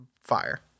Fire